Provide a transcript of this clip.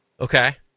Okay